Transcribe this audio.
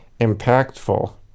impactful